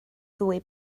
ddwy